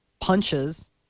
punches